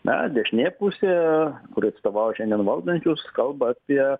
na dešinė pusė kuri atstovauja šiandien valdančius kalba apie